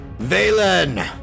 Valen